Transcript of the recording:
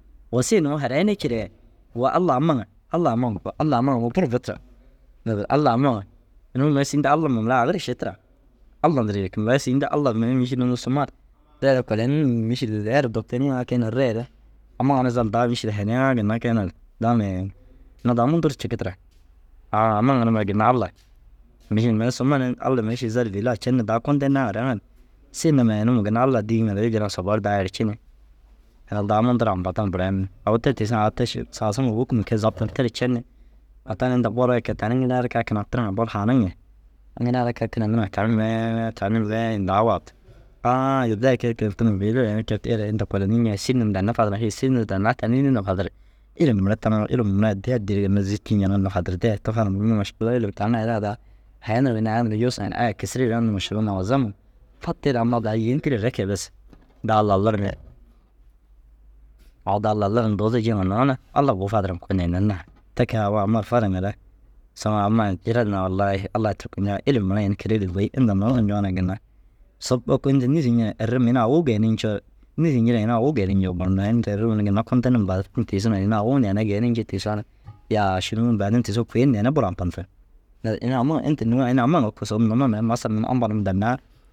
Wo siin nuu harayinii ciree wo Allai ama ŋa Alla ama ŋa koo, Alla ama ŋa wo buru bu tira. Naazire Allai ama ŋa inuu mire sîin di Allamai mire agir ši tira. Alla ndirii jiki. Mire sîin du Alla mire mîšil unnu suma ru deree kole nirig yinii mîšil er dokte yiŋaa keene ru reere ama ginna zal daa mîšil hanayiŋaa ginna keener daa meen ina daa muntu ru ciki tira. Au ama ŋa na mire ginna Allai mîšil mire suma Alla mire i še zal bêlaa cen ni daa konteyinaa ŋa re ŋan siin na mee ini ma ginna Allai dîiŋa re- u jillan soboo ru daa erci ni ina daa mundu ru ambadiŋire burayine. Au tiisiŋa au te ši saasuma wôkima kii zaptin ter cen ni au taani inda bor ai kee tani ŋila ara kaa a kinaa tiriŋa bor haaniŋire? Ŋila ara kaa a kinaa niri ŋa tani miree tani miree yi ni dau wau tira. Ãã ize ai kee kee ru tururume bêire yi ni ke- i tee re inta kolonii ñiŋa sîri num danni fadiriŋa, hêe sîri dannaa tani înni nufadir ilim mire taŋoo ilim mire addii addii ru mire zîci ñene nufadirdee tufarum unnu mašalla ilim tani ai raa daa haya nuruu ginna aya nuruu juusi ŋa na ai kisiriire unnu mašalla magiza mur. Fatiire ammaa duro ai yêentire re keenes daa lalir ni. Au daa lalir ni duuzu jiŋa nuuna Alla bu fadiriŋa koo neenen na te kee au ama ru fariŋa re saga amai jiren na wallahi Allai turkuñaan. Ilim mire ini kirigire bêi inda nuuzu ñoona ginna sop oko nîsi ñire erim ini au geenii ncoo nîsi ñire ini au geenii ñoo boru nayi. Inta erim ni ginna konte num baadin tiisi ŋa ini au geenii njii tiisoo na yaa šûnu baadin tiisoo kui na ina buru ampantirig. Naazire ini ama ŋa inta nuu ini ama ŋa kusum numa mire masal num ampa dannaa